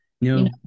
No